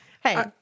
Hey